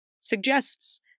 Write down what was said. suggests